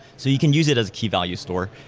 so you can use it as key-value store.